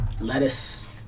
lettuce